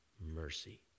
Mercy